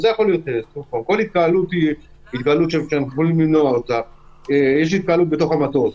כל התקהלות שאנחנו יכולים למנוע יש התקהלות בתוך המטוס,